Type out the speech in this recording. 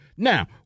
Now